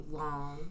long